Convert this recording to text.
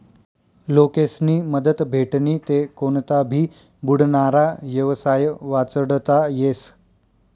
लोकेस्नी मदत भेटनी ते कोनता भी बुडनारा येवसाय वाचडता येस